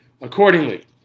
accordingly